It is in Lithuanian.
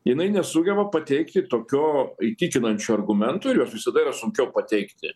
jinai nesugeba pateikti tokio įtikinančių argumentų ir juos visada yra sunkiau pateikti